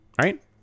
Right